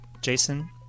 Jason